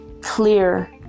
clear